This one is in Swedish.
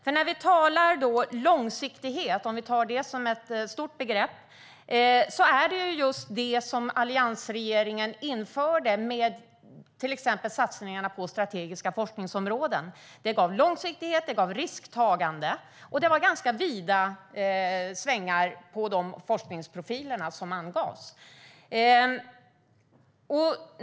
Det var ju just långsiktighet som alliansregeringen införde genom till exempel satsningarna på strategiska forskningsområden. Det gav långsiktighet, det gav risktagande och det var ganska vida svängar på de forskningsprofiler som angavs.